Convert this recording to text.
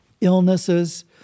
illnesses